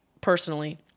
personally